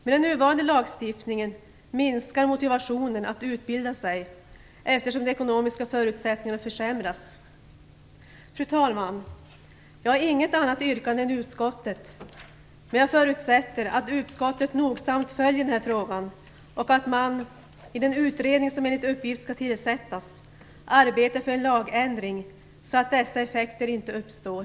Med den nuvarande lagstiftningen minskar motivationen att utbilda sig, eftersom de ekonomiska förutsättningarna försämras. Fru talman! Jag har inget annat yrkande än utskottets. Men jag förutsätter att utskottet nogsamt följer frågan och att man i den utredning som enligt uppgift skall tillsättas arbetar för en lagändring, så att nämnda effekter inte uppstår.